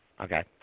Okay